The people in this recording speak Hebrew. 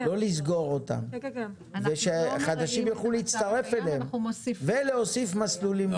לא לסגור אותם ושחדשים יוכלו להצטרף אליהם ולהוסיף מסלולים נוספים.